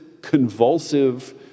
convulsive